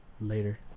Later